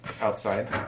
outside